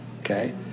okay